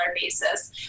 basis